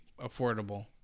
affordable